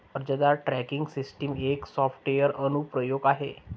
अर्जदार tracking system एक software अनुप्रयोग आहे